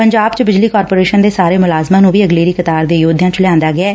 ਪੰਜਾਬ ਚ ਬਿਜਲੀ ਕਾਰਪੋਰੇਸ਼ਨ ਦੇ ਸਾਰੇ ਮੁਲਾਜ਼ਮਾਂ ਨੂੰ ਵੀ ਅਗਲੇਰੀ ਕਤਾਰ ਦੇ ਯੋਧਿਆਂ ਚ ਲਿਆਂਦਾ ਗਿਐ